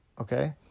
okay